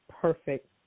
perfect